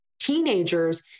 teenagers